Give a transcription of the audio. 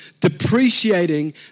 depreciating